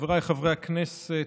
חבריי חברי הכנסת,